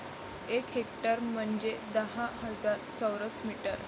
एक हेक्टर म्हंजे दहा हजार चौरस मीटर